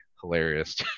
hilarious